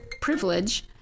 privilege